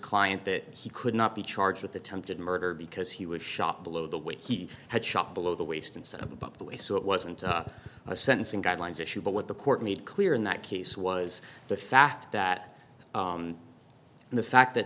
client that he could not be charged with attempted murder because he was shot below the way he had shot below the waist instead of above the way so it wasn't a sentencing guidelines issue but what the court made clear in that case was the fact that the fact that